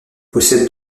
possède